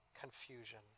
confusion